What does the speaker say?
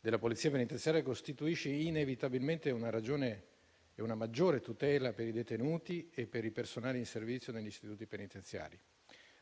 della Polizia penitenziaria costituisce inevitabilmente una ragione di maggiore tutela per i detenuti e per il personale in servizio negli istituti penitenziari,